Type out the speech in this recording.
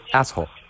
asshole